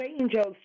angels